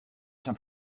some